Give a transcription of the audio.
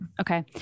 Okay